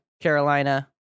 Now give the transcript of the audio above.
Carolina